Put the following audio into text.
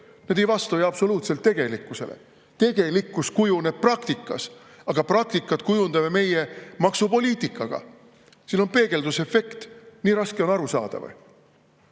need ei vasta absoluutselt tegelikkusele. Tegelikkus kujuneb praktikas. Aga praktikat kujundame meie maksupoliitikaga. Siin on peegeldusefekt. Nii raske on aru saada või?